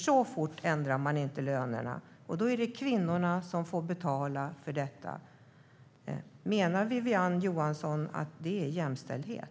Så fort ändrar man nämligen inte lönerna. Och då är det kvinnorna som får betala för detta. Menar Wiwi-Anne Johansson att det är jämställdhet?